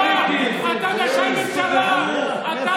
הסיקריקים שמסתובבים עם הנפט ועם הדלק,